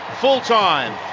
full-time